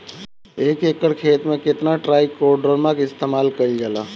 एक एकड़ खेत में कितना ट्राइकोडर्मा इस्तेमाल कईल जाला?